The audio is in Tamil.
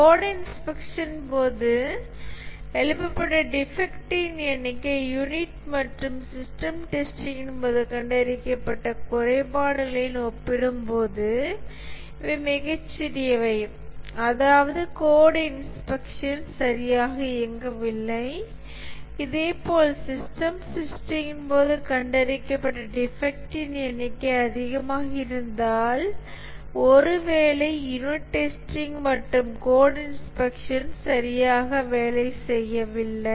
கோட் இன்ஸ்பெக்ஷன் போது எழுப்பப்பட்ட டிஃபெக்ட்ன் எண்ணிக்கை யூனிட் மற்றும் சிஸ்டம் டெஸ்டிங்கின் போது கண்டறியப்பட்ட குறைபாடுகளுடன் ஒப்பிடும்போது இவை மிகச் சிறியவை அதாவது கோட் இன்ஸ்பெக்ஷன் சரியாக இயங்கவில்லை இதேபோல் சிஸ்டம் டெஸ்டிங் போது கண்டறியப்பட்ட டிஃபெக்ட்டின் எண்ணிக்கை அதிகமாக இருந்தால் ஒருவேளை யூனிட் டெஸ்டிங் மற்றும் கோட் இன்ஸ்பெக்ஷன் சரியாக வேலை செய்யவில்லை